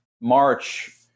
March